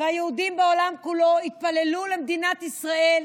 היהודים בעולם כולו התפללו למדינת ישראל,